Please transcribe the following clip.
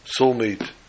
soulmate